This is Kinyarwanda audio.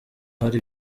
hari